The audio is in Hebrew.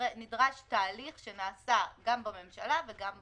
נדרש תהליך שנעשה גם בממשלה וגם בכנסת.